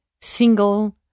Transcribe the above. single